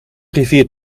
rivier